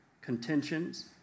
contentions